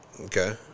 okay